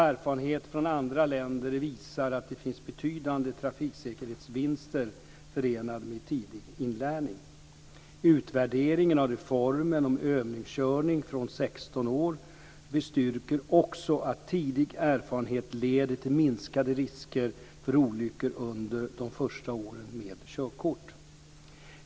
Erfarenheter från andra länder visar att det finns betydande trafiksäkerhetsvinster förenade med tidig inlärning. Utvärderingen av reformen med övningskörning från 16 år bestyrker också att tidig erfarenhet leder till minskade risker för olyckor under de första åren med körkort.